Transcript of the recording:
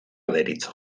deritzo